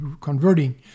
converting